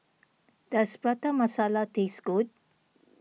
does Prata Masala taste good